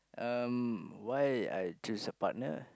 um why I choose a partner